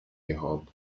gehauen